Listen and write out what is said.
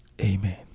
Amen